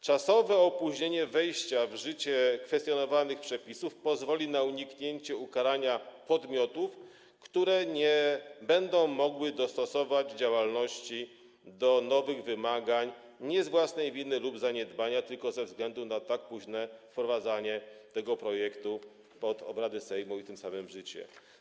Czasowe opóźnienie wejścia w życie kwestionowanych przepisów pozwoli na uniknięcie ukarania podmiotów, które nie będą mogły dostosować działalności do nowych wymagań nie z własnej winy lub zaniedbania, tylko ze względu na tak późne wprowadzenie tego projektu pod obrady Sejmu i tym samym w życie.